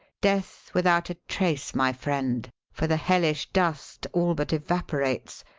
death without a trace, my friend, for the hellish dust all but evaporates,